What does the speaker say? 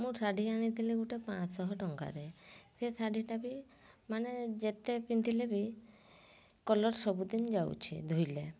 ମୁଁ ଶାଢ଼ୀ ଆଣିଥିଲି ଗୋଟିଏ ପାଞ୍ଚଶହ ଟଙ୍କାରେ ସେ ଶାଢ଼ୀଟା ବି ମାନେ ଯେତେ ପିନ୍ଧିଲେ ବି କଲର୍ ସବୁଦିନ ଯାଉଛି ଧୋଇଲେ